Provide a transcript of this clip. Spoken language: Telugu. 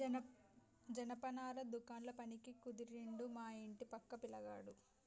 జనపనార దుకాండ్ల పనికి కుదిరిండు మా ఇంటి పక్క పిలగాడు